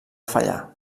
fallar